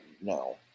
No